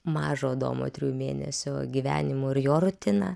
mažojo domo trijų mėnesių gyvenimu ir jo rutina